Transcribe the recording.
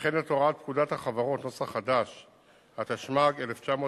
וכן את הוראות פקודת החברות , התשמ"ג 1983,